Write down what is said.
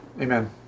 Amen